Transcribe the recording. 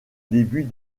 début